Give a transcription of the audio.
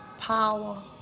Power